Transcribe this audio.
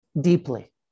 deeply